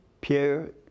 Pierre